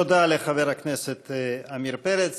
תודה לחבר הכנסת עמיר פרץ.